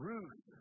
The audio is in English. Ruth